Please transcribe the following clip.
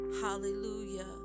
Hallelujah